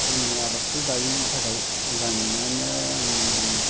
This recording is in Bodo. जोंनि आबादखौ जायिनि थाखाय मोजां मोननायानो आं